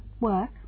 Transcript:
work